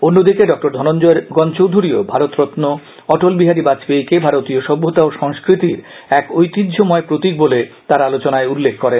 অন্যদিকে ড ধনঞ্জয় গণচৌধুরীও ভারতরম্ন অটল বিহারী বাজপেয়ীকে ভারতীয় সভ্যতা ও সংস্কতির এক ঐতিহ্যময় প্রতীক বলে তার আলোচনায় উল্লেখ করেন